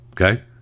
Okay